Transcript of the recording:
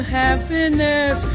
happiness